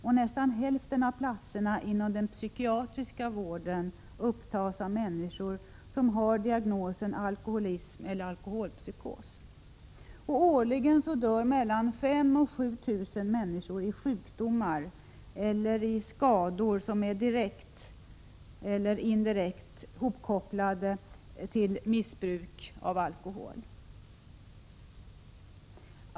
Och nästan hälften av platserna inom den psykiatriska vården upptas av människor som har diagnosen alkoholism eller alkoholpsykos. Årligen dör mellan 5 000 och 7 000 människor i sjukdomar eller av skador som direkt eller indirekt kan kopplas till missbruk av alkohol.